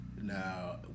now